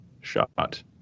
shot